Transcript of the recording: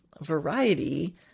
variety